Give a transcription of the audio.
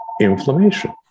inflammation